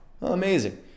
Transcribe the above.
Amazing